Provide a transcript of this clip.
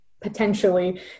potentially